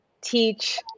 teach